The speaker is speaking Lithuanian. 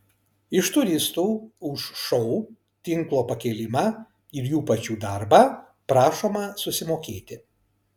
iš turistų už šou tinklo pakėlimą ir jų pačių darbą prašoma susimokėti